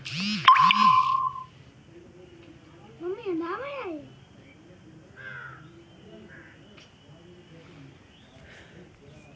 क्या मैं अपनी किश्त का भुगतान सीधे अपने खाते से कर सकता हूँ?